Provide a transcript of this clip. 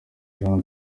jean